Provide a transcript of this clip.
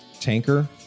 tanker